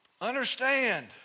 Understand